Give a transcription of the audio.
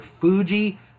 Fuji